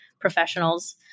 professionals